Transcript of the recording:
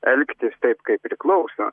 elgtis taip kaip priklauso